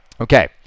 Okay